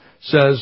says